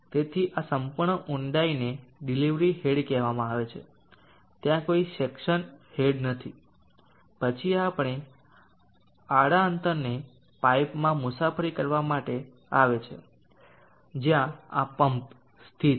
તેથી આ સંપૂર્ણ ઊંડાઈને ડિલિવરી હેડ કહેવામાં આવે છે ત્યાં કોઈ સક્શન હેડ નથી પછી પાણી આ આડા અંતરને પાઇપમાં મુસાફરી કરવા માટે આવે છે જ્યાં આ સમ્પ સ્થિત છે